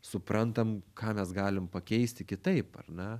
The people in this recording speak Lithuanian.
suprantam ką mes galim pakeisti kitaip ar ne